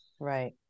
Right